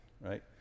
right